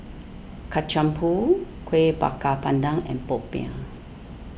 Kacang Pool Kueh Bakar Pandan and Popiah